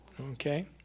Okay